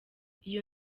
iyi